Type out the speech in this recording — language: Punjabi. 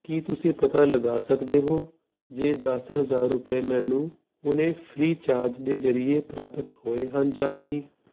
ਕੀ ਤੁਸੀਂਂ ਇਹ ਪਤਾ ਲਗਾ ਸਕਦੇ ਹੋ ਜੇ ਦਸ ਹਜ਼ਾਰ ਰੁਪਏ ਮੈਨੂੰ ਹੁਣ ਫ੍ਰੀਚਾਰਜ ਦੇ ਜ਼ਰੀਏ ਪ੍ਰਾਪਤ ਹੋਏ ਹਨ ਜਾਂ ਨਹੀਂ